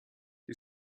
die